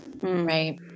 Right